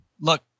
Look